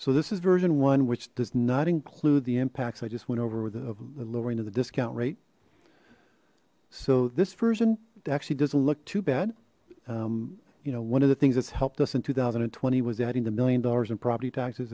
so this is version one which does not include the impacts i just went over the lowering of the discount rate so this version actually doesn't look too bad you know one of the things that's helped us in two thousand and twenty was adding the million dollars in property taxes